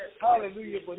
Hallelujah